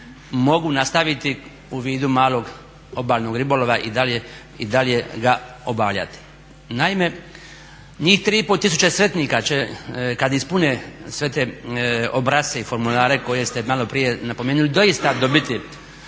mogu nastaviti u vidu malog obalnog ribolova i dalje ga obavljati. Naime, njih 3,5 tisuća sretnika će kada ispune sve te obrasce i formulare koje ste malo prije napomenuli doista dobiti